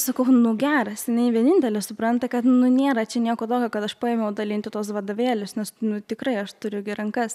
sakau nu geras jinai vienintelė supranta kad nu nėra čia nieko tokio kad aš paėmiau dalinti tuos vadovėlius nes nu tikrai aš turiu gi rankas